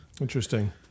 Interesting